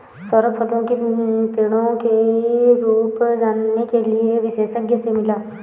सौरभ फलों की पेड़ों की रूप जानने के लिए विशेषज्ञ से मिला